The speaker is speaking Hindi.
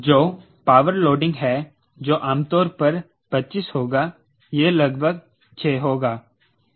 जो पावर लोडिंग है जो आमतौर पर 25 होगा यह लगभग 6 होगा